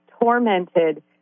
tormented